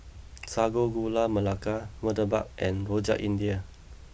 Sago Gula Melaka Murtabak and Rojak India